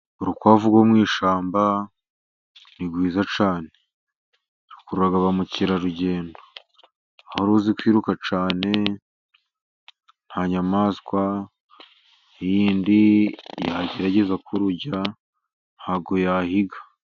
Urukwavu rwo mu ishyamba ,ni rwiza cyne . Rukurura ba Mukerarugendo. Ruzi kwiruka cyane, nta nyamaswa yindi yagerageza kururya. Ntabwo yahiga !